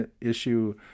issue